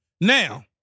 Now